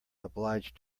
obliged